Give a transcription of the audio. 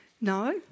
No